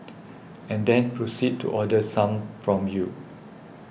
and then proceed to order some from you